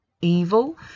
evil